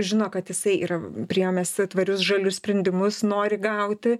žino kad jisai yra priėmęs tvarius žalius sprendimus nori gauti